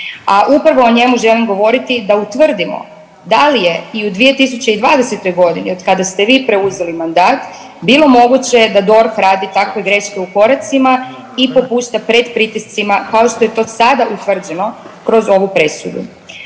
a upravo o njemu želim govoriti da utvrdimo da li je i u 2020.g. od kada ste vi preuzeli mandat bilo moguće da DORH radi takve greške u koracima i popušta pred pritiscima kao što je to sada utvrđeno kroz ovu presudu.